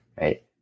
Right